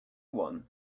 one